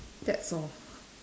that's all